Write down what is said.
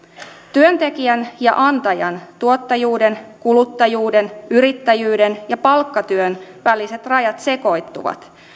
työntekijän ja antajan tuottajuuden kuluttajuuden yrittäjyyden ja palkkatyön väliset rajat sekoittuvat